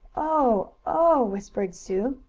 oh! oh! whispered sue.